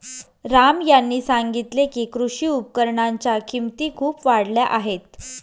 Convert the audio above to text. राम यांनी सांगितले की, कृषी उपकरणांच्या किमती खूप वाढल्या आहेत